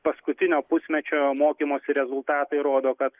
paskutinio pusmečio mokymosi rezultatai rodo kad